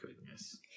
goodness